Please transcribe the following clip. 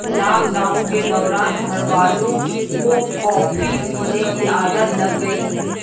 lockdown के दौरान घरवालों को कॉफी पीने की आदत लग गई